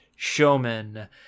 showman